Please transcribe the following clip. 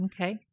Okay